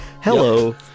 Hello